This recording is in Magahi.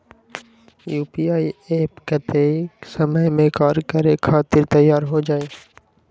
यू.पी.आई एप्प कतेइक समय मे कार्य करे खातीर तैयार हो जाई?